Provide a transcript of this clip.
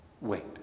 wait